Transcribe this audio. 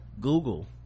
google